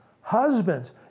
Husbands